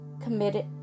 committed